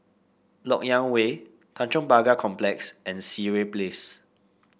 LoK Yang Way Tanjong Pagar Complex and Sireh Place